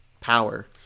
power